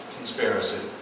Conspiracy